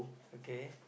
okay